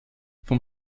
vom